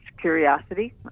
curiosity